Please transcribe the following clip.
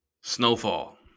Snowfall